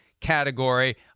category